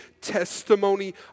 testimony